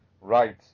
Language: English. Right